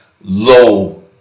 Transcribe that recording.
low